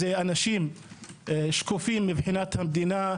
זה אנשים שקופים מבחינת המדינה,